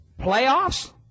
Playoffs